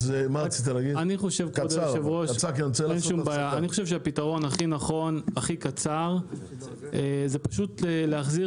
אני חושב שהפתרון הכי נכון והכי קצר זה פשוט להחזיר